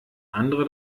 andere